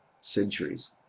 centuries